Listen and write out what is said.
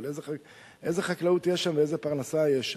אבל איזו חקלאות יש שם ואיזו פרנסה יש שם?